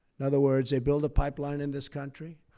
in other words, they build a pipeline in this country